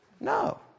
No